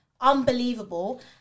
unbelievable